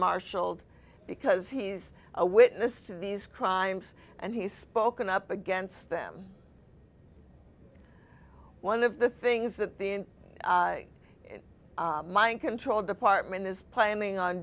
martialed because he's a witness to these crimes and he's spoken up against them one of the things that the mind control department is planning on